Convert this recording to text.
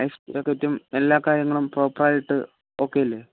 life ജാക്കറ്റും എല്ലാ കാര്യങ്ങളും പ്രോപ്പർ ആയിട്ട് ഓക്കെ അല്ലേ